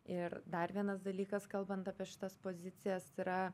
ir dar vienas dalykas kalbant apie šitas pozicijas tai yra